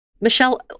Michelle